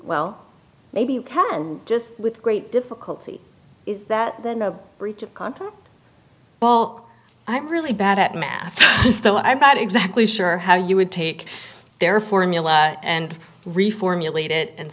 well maybe just with great difficulty is that then a breach of contract well i'm really bad at math though i'm not exactly sure how you would take their formula and reformulate it and